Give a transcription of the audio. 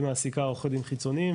היא מעסיקה עורכי דין חיצוניים,